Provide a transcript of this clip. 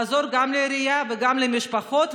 לעזור גם לעירייה וגם למשפחות,